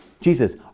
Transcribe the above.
Jesus